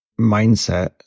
mindset